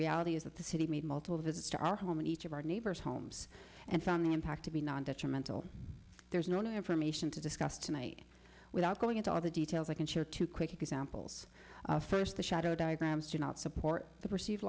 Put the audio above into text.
reality is that the city made multiple visits to our home in each of our neighbors homes and found the impact to be nonjudgmental there's no new information to discuss tonight without going into all the details i can share two quick examples first the shadow diagrams do not support the perceive